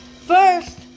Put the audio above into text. First